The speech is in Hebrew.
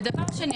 ודבר שני,